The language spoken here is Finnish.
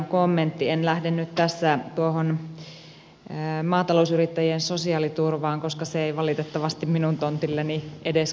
en lähde nyt tässä tuohon maatalousyrittäjien sosiaaliturvaan koska se ei valitettavasti minun tontilleni edes kuulu